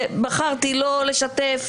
שבחרתי לא לשתף,